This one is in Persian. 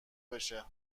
بشه